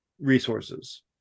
resources